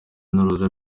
n’uruza